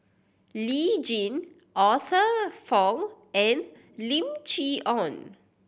Lee Tjin Arthur Fong and Lim Chee Onn